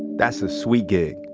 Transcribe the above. that's a sweet gig,